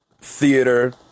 theater